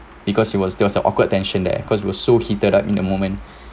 because it was there was awkward tension there cause we're so heated up in the moment